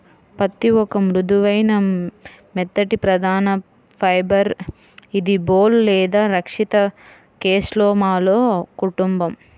పత్తిఒక మృదువైన, మెత్తటిప్రధానఫైబర్ఇదిబోల్ లేదా రక్షిత కేస్లోమాలో కుటుంబం